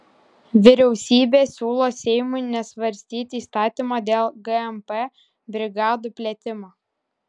vyriausybė siūlo seimui nesvarstyti įstatymo dėl gmp brigadų plėtimo